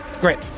great